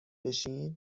بشین